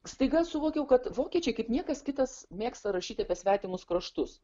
staiga suvokiau kad vokiečiai kaip niekas kitas mėgsta rašyti apie svetimus kraštus